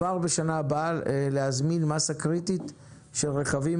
כבר בשנה הבאה להזמין מסה קריטית של רכבים